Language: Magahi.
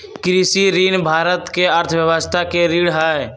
कृषि ऋण भारत के अर्थव्यवस्था के रीढ़ हई